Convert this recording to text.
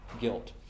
guilt